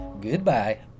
Goodbye